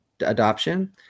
adoption